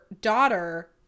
daughter